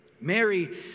Mary